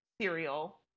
cereal